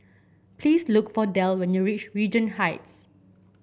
please look for Del when you reach Regent Heights